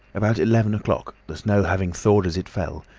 about eleven o'clock, the snow having thawed as it fell,